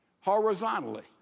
horizontally